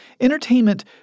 entertainment